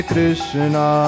Krishna